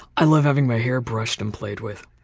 i love having my hair brushed and played with.